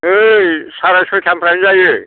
ओइ सारायसयथा निफ्रायनो जायो